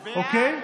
אוקיי?